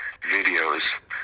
videos